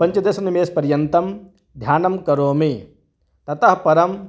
पञ्चदशनिमेषपर्यन्तं ध्यानं करोमि ततः परं